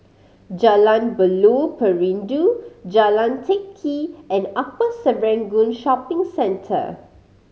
Jalan Buloh Perindu Jalan Teck Kee and Upper Serangoon Shopping Centre